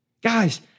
Guys